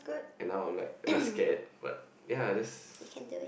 and now I'm like a bit scared but ya just